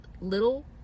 little